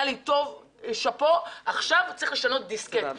היה לי טוב ועכשיו צריך לשנות דיסקט.